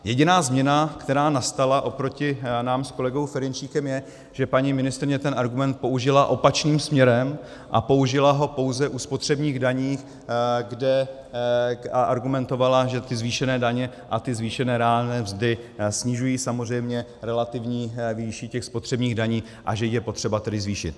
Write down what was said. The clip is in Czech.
Jediná změna, která nastala oproti nám s kolegou Ferjenčíkem, je, že paní ministryně ten argument použila opačným směrem a použila ho pouze u spotřebních daní a argumentovala, že ty zvýšené daně a ty zvýšené reálné mzdy snižují samozřejmě relativní výši těch spotřebních daní, a že je potřeba tedy zvýšit.